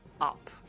up